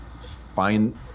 find